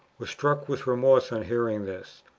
was struck with remorse on hearing this,